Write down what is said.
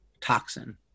toxin